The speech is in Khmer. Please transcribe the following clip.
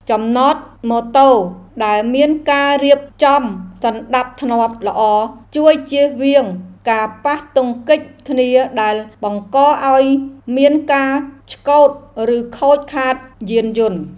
ចំណតម៉ូតូដែលមានការរៀបចំសណ្តាប់ធ្នាប់ល្អជួយជៀសវាងការប៉ះទង្គិចគ្នាដែលបង្កឱ្យមានការឆ្កូតឬខូចខាតយានយន្ត។